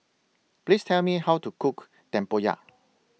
Please Tell Me How to Cook Tempoyak